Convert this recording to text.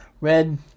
Red